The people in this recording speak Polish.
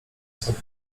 sobą